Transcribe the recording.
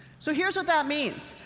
so here's what that means.